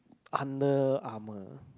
Under-Armour